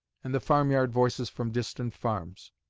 and the farm-yard voices from distant farms.